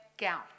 gout